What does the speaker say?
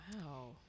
wow